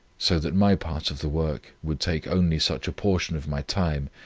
so that my part of the work would take only such a portion of my time,